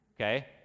okay